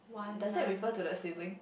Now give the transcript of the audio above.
does that refer to the sibling